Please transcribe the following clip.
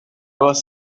was